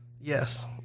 Yes